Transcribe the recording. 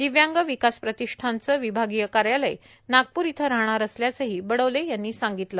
दिव्यांग विकास प्रतिष्ठानचं विभागीय कार्यालय नागपूर राहणार असल्याचंही बडोले यांनी सांगितलं